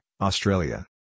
Australia